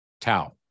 Tau